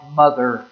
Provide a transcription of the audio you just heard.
mother